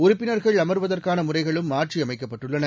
உறுப்பினர்கள் அமருவதற்கானமுறைகளும் மாற்றியமைக்கப்பட்டுள்ளன